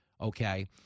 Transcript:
okay